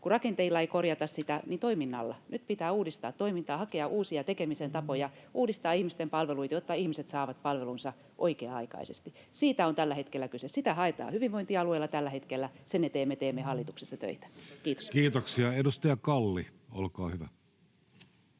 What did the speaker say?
kun rakenteilla ei korjata sitä, niin toiminnalla. Nyt pitää uudistaa toimintaa, hakea uusia tekemisen tapoja ja uudistaa ihmisten palveluita, jotta ihmiset saavat palvelunsa oikea-aikaisesti. Siitä on tällä hetkellä kyse. Sitä haetaan hyvinvointialueilla tällä hetkellä, ja sen eteen me teemme hallituksessa töitä. — Kiitos. [Speech 66] Speaker: